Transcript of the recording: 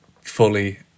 fully